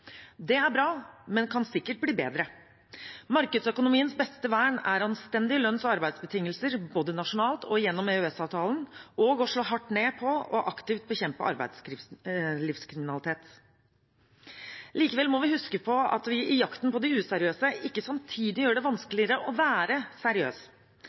Det er bra, men kan sikkert bli bedre. Markedsøkonomiens beste vern er anstendige lønns- og arbeidsbetingelser, både nasjonalt og gjennom EØS-avtalen, og å slå hardt ned på og aktivt bekjempe arbeidslivskriminalitet. Likevel må vi huske at vi i jakten på de useriøse ikke samtidig gjør det vanskeligere å være seriøs.